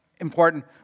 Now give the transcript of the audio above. important